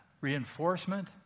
reinforcement